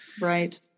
Right